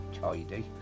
tidy